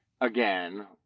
Again